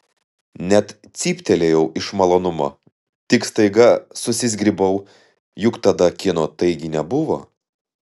net cyptelėjau iš malonumo tik staiga susizgribau juk tada kino taigi nebuvo